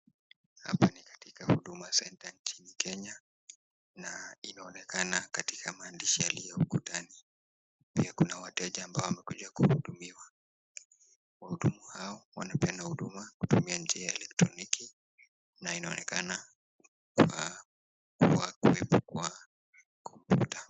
Hapa ni katika huduma center mjini kenya, na inaonekana katika maandishi yaliyo ukutani pia Kuna wateja waliokuja kuhudumiwa ,wahudumu hao wanapeana huduma kupitia njia ya elektroniki na inaonekana kuwekwa kwa ukuta.